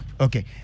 Okay